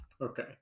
Okay